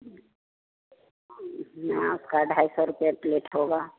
आपका ढाई सौ रुपया प्लेट होगा